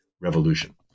revolution